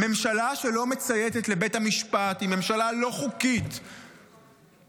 ממשלה שלא מצייתת לבית המשפט היא ממשלה לא חוקית שאין,